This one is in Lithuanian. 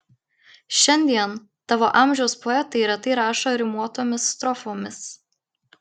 šiandien tavo amžiaus poetai retai rašo rimuotomis strofomis